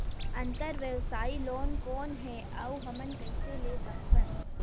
अंतरव्यवसायी लोन कौन हे? अउ हमन कइसे ले सकथन?